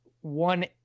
one